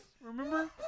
Remember